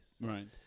Right